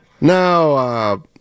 No